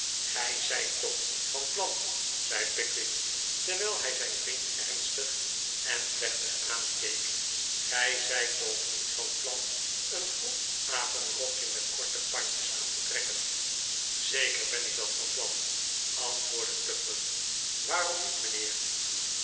cij zijt toch niet van plan zei pickwick terwijl hij zijn vriend ernstig en plechtig aankeek gij zijt toch niet van plan een groen apenrokje met korte pandjes aan te trekken zeker ben ik dat van plan antwoordde tupman waarom niet mijnheer